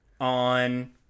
on